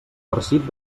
farcit